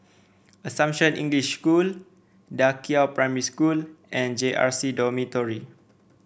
Assumption English School Da Qiao Primary School and J R C Dormitory